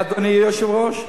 אדוני היושב-ראש,